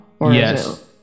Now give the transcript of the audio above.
Yes